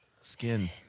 Skin